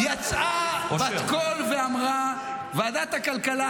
-- יצאה בת קול ואמרה: ועדת הכלכלה,